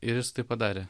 ir jis tai padarė